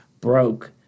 broke